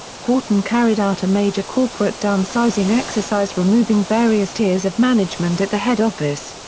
horton carried out a major corporate down-sizing exercise removing various tiers of management at the head office.